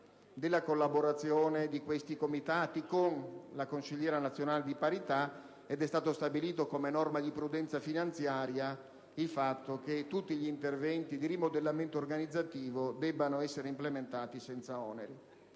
della collaborazione di questi comitati con la Consigliera nazionale di parità ed è stato stabilito, come norma di prudenza finanziaria, il fatto che tutti gli interventi di rimodellamento organizzativo debbano essere implementati senza oneri.